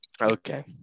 Okay